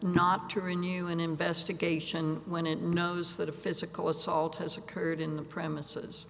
not to renew an investigation when it knows that a physical assault has occurred in the premises